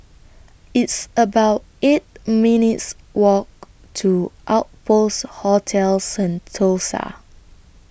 It's about eight minutes' Walk to Outpost Hotel Sentosa